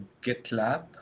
GitLab